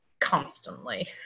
constantly